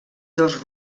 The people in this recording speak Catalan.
dos